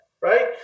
right